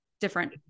different